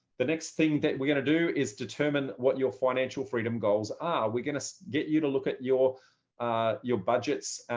the next thing that we're going to do is determine what your financial freedom goals are. ah we're going to get you to look at your ah your budgets,